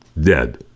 dead